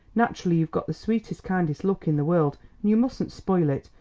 naturally you've got the sweetest, kindest look in the world, and you mustn't spoil it,